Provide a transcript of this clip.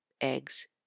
eggs